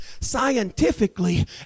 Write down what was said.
Scientifically